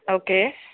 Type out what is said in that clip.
okay